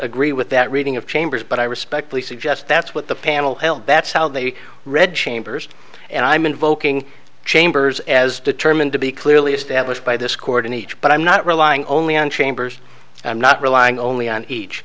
agree with that reading of chambers but i respectfully suggest that's what the panel that's how they read chambers and i'm invoking chambers as determined to be clearly established by this court in each but i'm not relying only on chambers and i'm not relying only on each